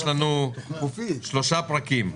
יש לנו שלושה פרקים.